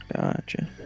Gotcha